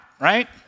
right